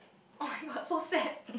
oh-my-god so sad